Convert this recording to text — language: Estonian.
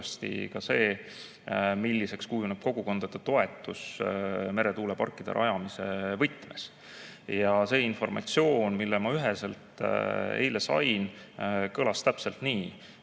ka see, milliseks kujuneb kogukondade toetus meretuuleparkide rajamise võtmes. See informatsioon, mille ma eile üheselt sain, kõlas täpselt nii,